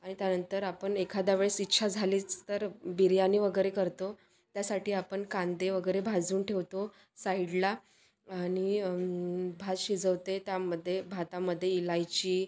आणि त्यानंतर आपण एखाद्या वेळेस इच्छा झालीच तर बिर्याणी वगैरे करतो त्यासाठी आपण कांदे वगैरे भाजून ठेवतो साईडला आणि भात शिजवते त्यामध्ये भातामध्ये इलायची